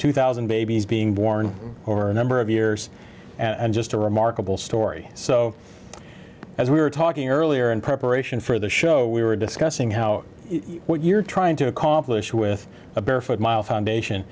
two thousand babies being born or a number of years and just a remarkable story so as we were talking earlier in preparation for the show we were discussing how what you're trying to accomplish with barefoot mile foundation